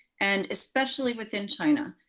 and especially within china.